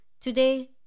Today